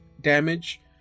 damage